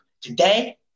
Today